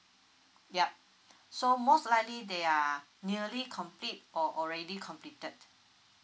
yup so most likely they are nearly complete or already completed